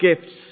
gifts